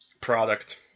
product